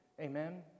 Amen